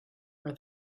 are